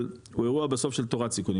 אבל הוא אירוע בסוף של תורת סיכונים.